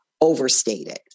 overstated